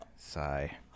Sigh